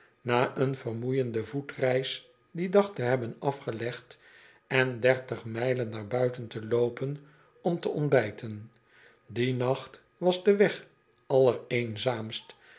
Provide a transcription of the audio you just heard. na een vermoeiende voetreis dien dag te hebben afgelegd en dertig mijlen naar buiten te loopen om te ontbijten dien nacht was de weg allereenzaamst en